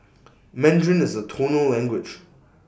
Mandarin is A tonal language